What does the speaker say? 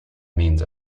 means